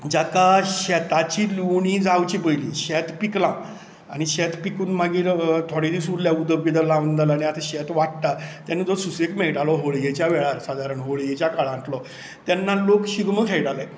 जेका शेताची लुवणीं जावची पयलीं शेत पिकलां आनी शेत पिकून मागीर थोडे दीस उरल्यात उदक बी लावून जालां आतां शेत वाडटा तेंन्ना तो सुशेग मेळटालो होळयेच्या वेळार सादारण होळयेच्या काळांतलो तेन्ना लोक शिगमो खेळटाले